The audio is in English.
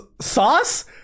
sauce-